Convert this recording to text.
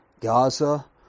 Gaza